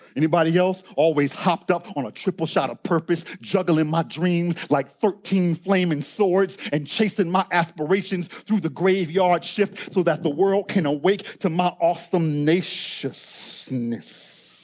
anybody else always hopped up on a triple shot of purpose? juggling my dreams like thirteen flaming swords and chasing my aspirations through the graveyard shift so that the world can awake to my awesomenatiousness.